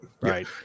Right